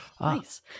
Nice